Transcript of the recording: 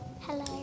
Hello